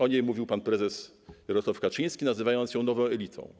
O niej mówił pan prezes Jarosław Kaczyński, nazywając ją nową elitą.